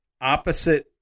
opposite